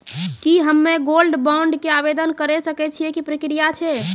की हम्मय gold bond के आवदेन करे सकय छियै, की प्रक्रिया छै?